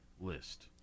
List